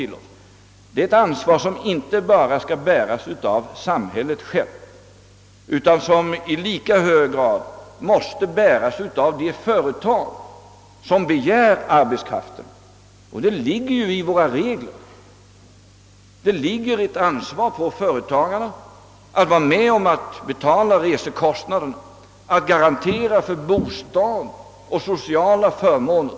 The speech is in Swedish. Det är ett ansvar som inte bara skall bäras av samhället självt utan som i lika hög grad måste bäras av de företag som begär arbetskraften, och det ligger ju i våra regler. Det vilar ett ansvar på företagarna att vara med och betala resekostnaderna, att garantera att vederbörande får bostad och sociala förmåner.